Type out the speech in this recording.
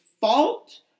fault